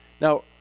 Now